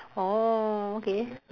oh okay